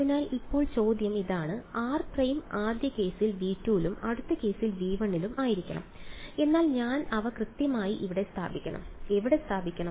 അതിനാൽ ഇപ്പോൾ ചോദ്യം ഇതാണ് r പ്രൈം ആദ്യ കേസിൽ V2 ലും അടുത്ത കേസിൽ V1 ലും ആയിരിക്കണം എന്നാൽ ഞാൻ അവ കൃത്യമായി എവിടെ സ്ഥാപിക്കണം